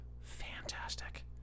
fantastic